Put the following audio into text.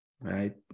right